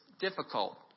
difficult